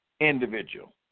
individual